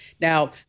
Now